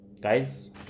Guys